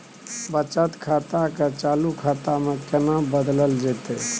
बचत खाता के चालू खाता में केना बदलल जेतै?